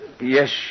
Yes